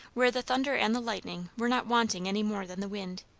where the thunder and the lightning were not wanting any more than the wind.